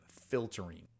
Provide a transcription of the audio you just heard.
filtering